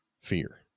fear